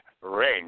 rain